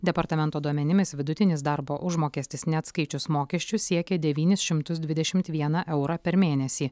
departamento duomenimis vidutinis darbo užmokestis neatskaičius mokesčių siekė devynis šimtus dvidešim vieną eurą per mėnesį